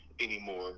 anymore